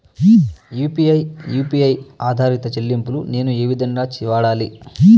UPI U P I ఆధారిత చెల్లింపులు నేను ఏ విధంగా వాడాలి?